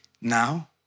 Now